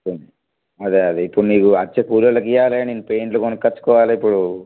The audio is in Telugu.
చెప్పండి అదే అదే ఇప్పుడు నీకు వచ్చే కూలోళ్ళకి ఇవ్వాలి పెయింట్లు కొనుక్కొచ్చుకోవాలి ఇప్పుడు